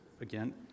again